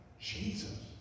Jesus